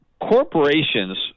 corporations